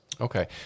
Okay